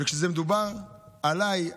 וכשמדובר עליי,